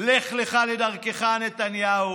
לך לך לדרכך, נתניהו,